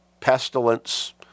pestilence